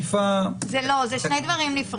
זה לא, זה שני דברים נפרדים.